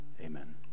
amen